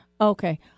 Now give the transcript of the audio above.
Okay